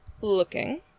looking